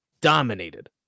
dominated